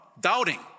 doubting